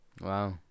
Wow